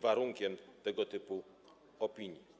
warunkiem tego typu opinii.